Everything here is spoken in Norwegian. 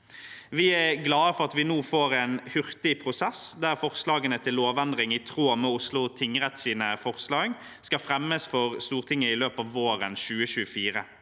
Vi er glade for at vi nå får en hurtig prosess der forslagene til lovendring i tråd med Oslo tingretts forslag skal fremmes for Stortinget i løpet av våren 2024.